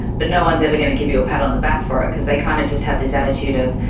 but no one is ever going to give you a pat on the back for it because they kind of just have this attitude of,